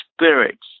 spirits